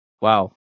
Wow